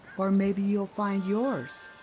or maybe you'll find yours.